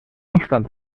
obstant